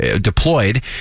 deployed